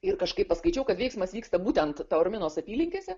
ir kažkaip paskaičiau kad veiksmas vyksta būtent teorminos apylinkėse